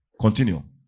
Continue